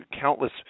countless